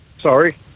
sorry